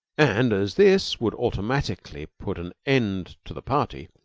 and, as this would automatically put an end to the party,